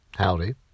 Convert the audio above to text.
Howdy